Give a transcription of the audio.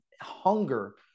hunger